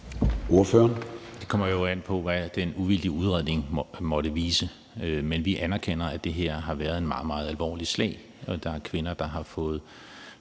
Det kommer jo an på, hvad den uvildige udredning måtte vise. Men vi anerkender, at det her har været et meget, meget alvorligt slag,